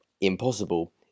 impossible